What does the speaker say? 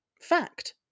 Fact